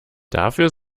dafür